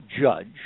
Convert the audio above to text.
judge